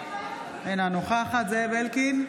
אינה נוכחת זאב אלקין,